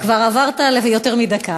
עברת יותר מדקה.